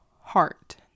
heart